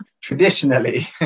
traditionally